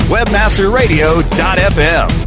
Webmasterradio.fm